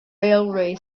railway